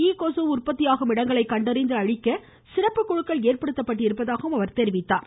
ஈ கொசு உற்பத்தியாகும் இடங்களை கண்டறிந்து அழிக்க சிறப்பு குழுக்கள் ஏற்படுத்தப்பட்டிருப்பதாகவும் அவர் கூறினார்